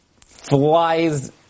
flies